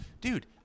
Dude